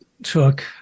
took